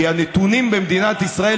כי הנתונים במדינת ישראל,